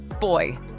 Boy